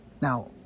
Now